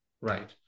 Right